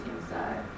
inside